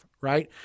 Right